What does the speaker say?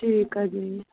ਠੀਕ ਆ ਜੀ